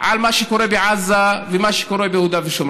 על מה שקורה בעזה ומה שקורה ביהודה ושומרון,